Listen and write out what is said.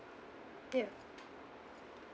ya